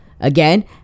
again